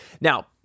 Now